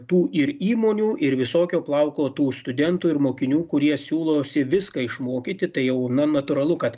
tų ir įmonių ir visokio plauko tų studentų ir mokinių kurie siūlosi viską išmokyti tai jau na natūralu kad